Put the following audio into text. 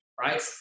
right